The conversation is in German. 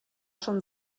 schon